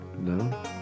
No